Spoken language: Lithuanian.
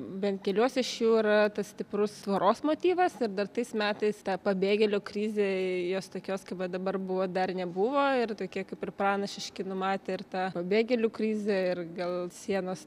bent keliuose iš jų yra tas stiprus tvoros motyvas ir dar tais metais ta pabėgėlių krizė jos tokios kaip va dabar buvo dar nebuvo ir tokie kaip ir pranašiški numatė ir tą pabėgėlių krizę ir gal sienos